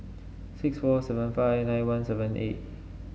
six four seven five nine one seven eight